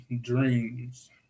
dreams